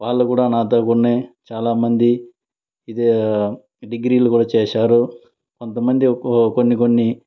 వాళ్ళు కూడ నాతో ఉన్నే చాలామంది ఇదే డిగ్రీలు కూడ చేశారు కొంతమంది కొన్ని కొన్ని